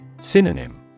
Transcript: Synonym